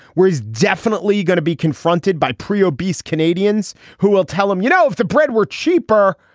where he's definitely going to be confronted by pre obese canadians who will tell him, you know, if the bread were cheaper,